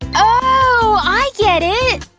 ohhh! i get it!